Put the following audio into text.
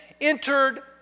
entered